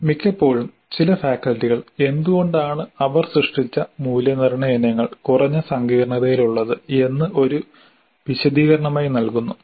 മിക്കപ്പോഴും ചില ഫാക്കൽറ്റികൾ എന്തുകൊണ്ടാണ് അവർ സൃഷ്ടിച്ച മൂല്യനിർണ്ണയ ഇനങ്ങൾ കുറഞ്ഞ സങ്കീർണ്ണതയിലുള്ളത് എന്ന് ഒരു വിശദീകരണമായി നൽകുന്നു